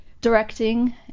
directing